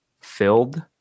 filled